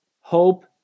Hope